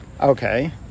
Okay